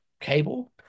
cable